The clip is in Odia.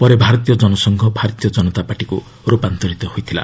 ପରେ ଭାରତୀୟ ଜନସଂଘ ଭାରତୀୟ କନତାପାର୍ଟିକୁ ରୂପାନ୍ତରିତ ହୋଇଥିଲା